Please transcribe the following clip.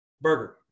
Burger